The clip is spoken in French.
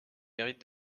mérite